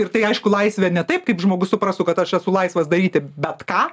ir tai aišku laisvė ne taip kaip žmogus suprastų kad aš esu laisvas daryti bet ką